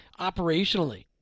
operationally